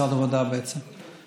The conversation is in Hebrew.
משרד העבודה, בעצם.